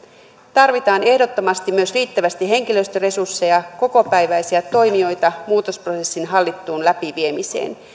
tarvitaan ehdottomasti myös riittävästi henkilöstöresursseja kokopäiväisiä toimijoita muutosprosessin hallittuun läpiviemiseen